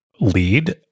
lead